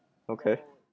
okay